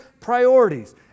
priorities